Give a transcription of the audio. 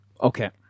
Okay